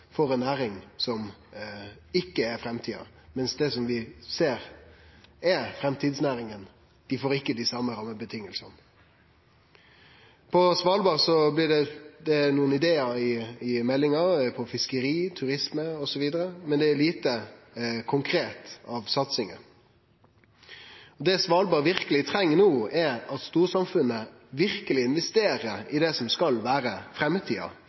for ei næring som ikkje er framtida, mens det vi ser er framtidsnæringane, ikkje får dei same rammevilkåra. Når det gjeld Svalbard, er det meldt nokre idear om fiskeri, turisme osv., men det er lite konkret av satsingar. Det Svalbard verkeleg treng no, er at storsamfunnet verkeleg investerer i det som skal vere framtida